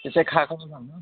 তেতিয়া খা খবৰ পাম ন